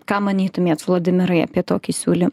ką manytumėt vladimirai apie tokį siūlymą